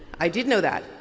i did know that.